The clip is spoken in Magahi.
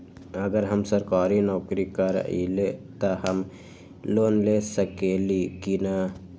अगर हम सरकारी नौकरी करईले त हम लोन ले सकेली की न?